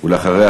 אחריה,